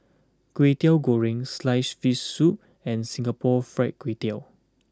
Kway Teow Goreng Sliced Fish Soup and Singapore Fried Kway Tiao